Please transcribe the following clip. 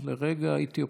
לרגע הייתי אופטימי.